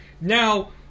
Now